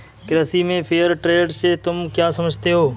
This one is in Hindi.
कृषि में फेयर ट्रेड से तुम क्या समझते हो?